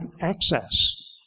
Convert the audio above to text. access